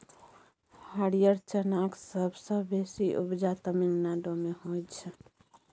हरियर चनाक सबसँ बेसी उपजा तमिलनाडु मे होइ छै